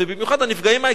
הנפגעים העיקריים,